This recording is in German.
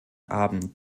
abend